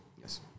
Yes